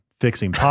fixing